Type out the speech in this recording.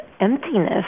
emptiness